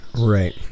Right